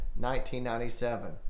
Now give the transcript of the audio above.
1997